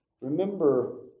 Remember